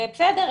בסדר,